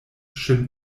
ŝin